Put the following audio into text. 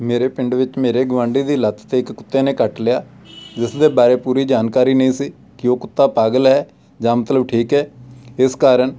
ਮੇਰੇ ਪਿੰਡ ਵਿੱਚ ਮੇਰੇ ਗੁਆਂਡੀ ਦੀ ਲੱਤ 'ਤੇ ਇੱਕ ਕੁੱਤੇ ਨੇ ਕੱਟ ਲਿਆ ਜਿਸ ਦੇ ਬਾਰੇ ਪੂਰੀ ਜਾਣਕਾਰੀ ਨਹੀਂ ਸੀ ਕਿ ਉਹ ਕੁੱਤਾ ਪਾਗਲ ਹੈ ਜਾਂ ਮਤਲਬ ਠੀਕ ਹੈ ਇਸ ਕਾਰਨ